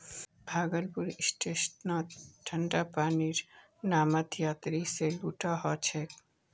भागलपुर स्टेशनत ठंडा पानीर नामत यात्रि स लूट ह छेक